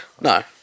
No